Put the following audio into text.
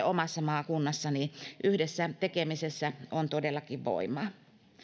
omassa maakunnassani toimineille tahoille yhdessä tekemisessä on todellakin voimaa